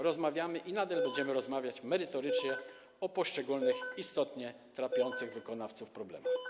Rozmawiamy i nadal będziemy rozmawiać merytorycznie o poszczególnych, istotnie trapiących wykonawców problemach.